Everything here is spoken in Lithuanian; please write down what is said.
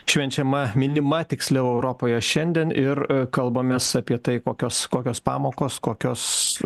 švenčiama minima tiksliau europoje šiandien ir kalbamės apie tai kokios kokios pamokos kokios